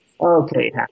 okay